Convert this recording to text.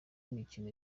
imikino